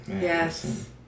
Yes